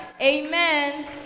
Amen